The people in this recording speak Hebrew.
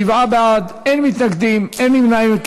שבעה בעד, אין מתנגדים, אין נמנעים.